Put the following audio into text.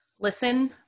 Listen